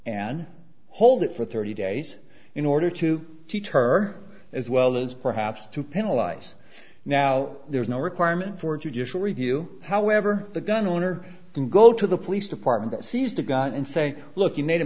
and hold it for thirty days in order to teach her as well as perhaps to penalize now there's no requirement for judicial review however the gun owner can go to the police department that sees the gun and say look you made a